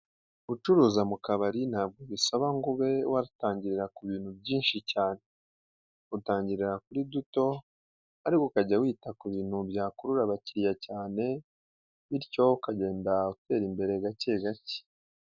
Gucuruza mu kabari ntabwo bisaba ngo ube watangirira ku bintu byinshi cyane, utangirira kuri duto ariko ukajya wita ku bintu byakurura abakiriya cyane, bityo ukagenda utera imbere gake gake.